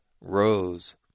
rose